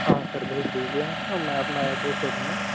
हाँ सर भेज दीजिए आप अब मैं अपना एड्रेस दे दूंगा